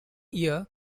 year